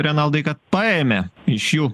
renaldai kad paėmė iš jų